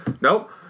Nope